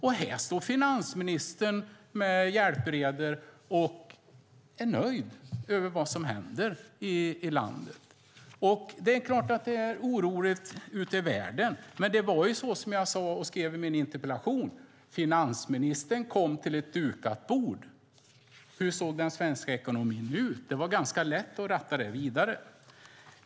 Och här står finansministern med hjälpredor och är nöjd med vad som händer i landet. Det är klart att det är oroligt ute i världen. Men det var ju så, som jag sade och skrev i min interpellation, att finansministern kom till ett dukat bord. Hur såg den svenska ekonomin ut? Det var ganska lätt att ratta vidare.